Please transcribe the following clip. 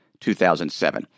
2007